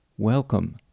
Welcome